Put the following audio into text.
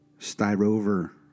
Styrover